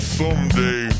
someday